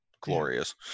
glorious